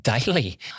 daily